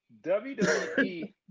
WWE